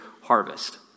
harvest